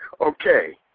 Okay